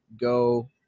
go